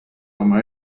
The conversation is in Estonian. oma